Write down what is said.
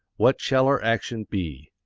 what shall our action be?